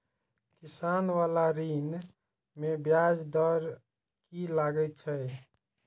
किसान बाला ऋण में ब्याज दर कि लागै छै?